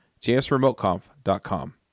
jsremoteconf.com